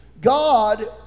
God